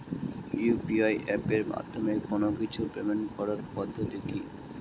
UPI এপের মাধ্যমে কোন কিছুর পেমেন্ট করার পদ্ধতি কি?